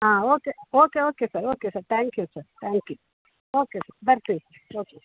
ಹಾಂ okay okay okay sir okay sir thank you sir thank you okay sir ಬರ್ತೀವಿ okay